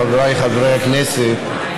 חבריי חברי הכנסת,